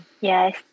Yes